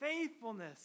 faithfulness